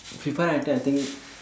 Fifa I think I think